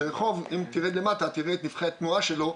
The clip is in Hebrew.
זה רחוב שאם תרד למטה ותראה את נפחי התנועה שלו,